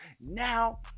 now